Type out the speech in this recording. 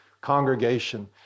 congregation